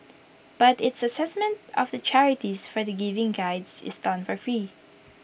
but its Assessment of the charities for the giving Guides is done for free